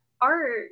art